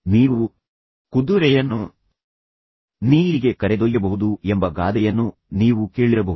ನೀವು ಕುದುರೆಯನ್ನು ನೀರಿಗೆ ಕರೆದೊಯ್ಯಬಹುದು ಎಂಬ ಗಾದೆಯನ್ನು ನೀವು ಕೇಳಿರಬಹುದು